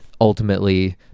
ultimately